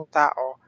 tao